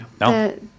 No